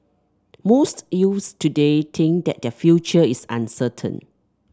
most youths today think that their future is uncertain